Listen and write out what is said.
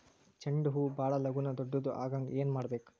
ಚಂಡ ಹೂ ಭಾಳ ಲಗೂನ ದೊಡ್ಡದು ಆಗುಹಂಗ್ ಏನ್ ಮಾಡ್ಬೇಕು?